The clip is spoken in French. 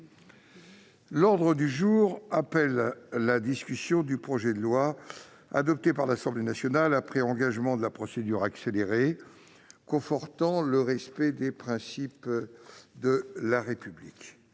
L'ordre du jour appelle la discussion du projet de loi, adopté par l'Assemblée nationale après engagement de la procédure accélérée, confortant le respect des principes de la République